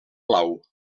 blau